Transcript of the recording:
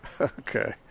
Okay